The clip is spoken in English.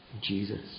Jesus